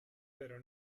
pero